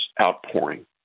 outpouring